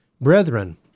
Brethren